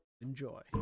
enjoy